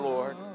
Lord